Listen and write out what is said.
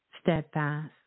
steadfast